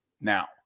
now